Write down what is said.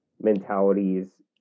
mentalities